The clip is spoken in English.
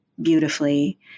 beautifully